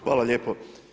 Hvala lijepo.